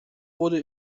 wurde